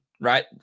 right